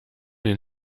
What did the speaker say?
den